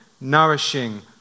Nourishing